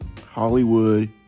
Hollywood